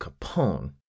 Capone